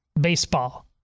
baseball